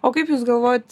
o kaip jūs galvojat